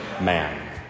man